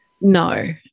no